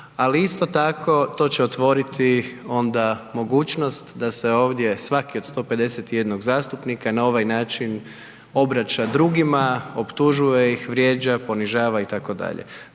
ali isto tako to će otvoriti onda mogućnosti da se ovdje svaki od 151 zastupnika na ovaj način obraća drugima, optužuje ih, vrijeđa, ponižava itd.